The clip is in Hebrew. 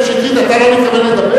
חבר הכנסת שטרית, אתה לא מתכוון לדבר?